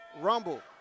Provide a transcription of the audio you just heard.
Rumble